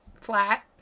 flat